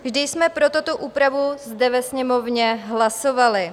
Vždy jsme pro tuto úpravu zde ve Sněmovně hlasovali.